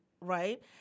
right